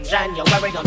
January